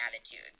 attitude